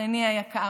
שכני היקר,